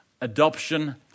Adoption